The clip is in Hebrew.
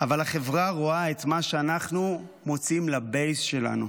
אבל החברה רואה את מה שאנחנו מוציאים לבייס שלנו,